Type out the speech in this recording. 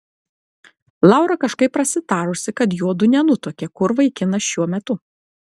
laura kažkaip prasitarusi kad juodu nenutuokią kur vaikinas šiuo metu